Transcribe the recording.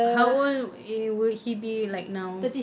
how old eh will he be like now